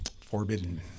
forbidden